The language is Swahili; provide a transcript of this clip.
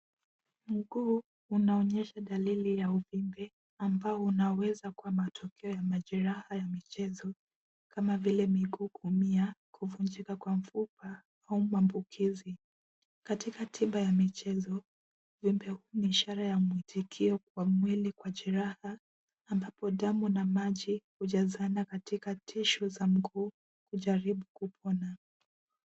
Mguu unaonyesha dalili ya uvimbe ambao unaweza kuwa matokeo ya majeraha ya michezo kama vile miguu kuumia ,kuvunjika kwa mfupa au maambukizi. Katika tiba ya michezo uvimbe huu ni ishara ya matukio ya mwili kwa jeraha, ambapo damu na maji hujazana katika tishu za mguu hujaribu kupona.